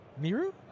Miru